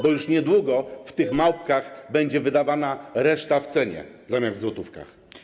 Bo już niedługo w tych małpkach będzie wydawana reszta zamiast w złotówkach.